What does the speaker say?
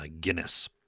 Guinness